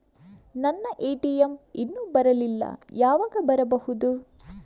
ನನ್ನ ಎ.ಟಿ.ಎಂ ಇನ್ನು ಬರಲಿಲ್ಲ, ಯಾವಾಗ ಬರಬಹುದು?